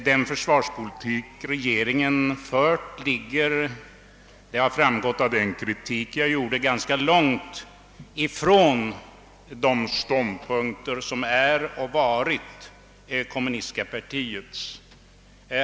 Den försvarspolitik regeringen fört avviker, vilket framgått av min kritik, ganska mycket från det kommunistiska partiets.